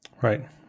Right